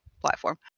platform